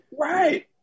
Right